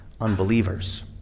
unbelievers